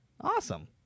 Awesome